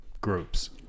groups